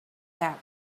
that